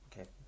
Okay